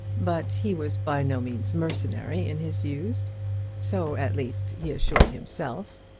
but he was by no means mercenary in his views so, at least, he assured himself.